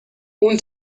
اون